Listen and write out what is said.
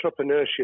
entrepreneurship